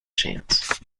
chance